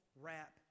wrap